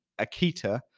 Akita